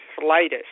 slightest